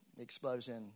exposing